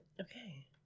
Okay